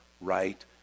right